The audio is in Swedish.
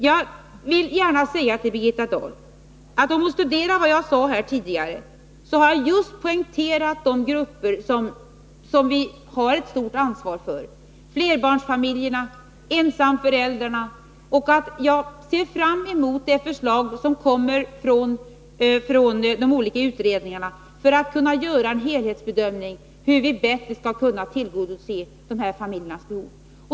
Jag vill gärna säga till Birgitta Dahl, att om hon studerar vad jag sade tidigare så finner hon att jag just har poängterat de grupper som vi har ett stort ansvar för, flerbarnsfamiljerna och ensamföräldrarna. Och jag ser fram emot det förslag som kommer från de olika utredningarna för att kunna göra en helhetsbedömning av hur vi bättre skall kunna tillgodose dessa familjers behov.